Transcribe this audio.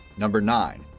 number nine,